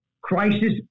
crisis